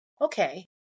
Okay